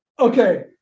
Okay